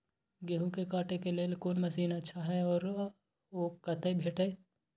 गेहूं के काटे के लेल कोन मसीन अच्छा छै आर ओ कतय भेटत?